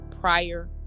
prior